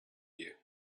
you